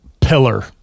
pillar